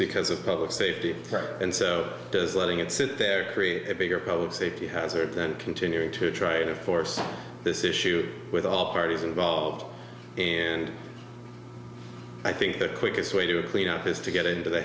because of public safety and so does letting it sit there create a bigger code safety hazard and continue to try to force this issue with all parties involved and i think the quickest way to clean up is to get into the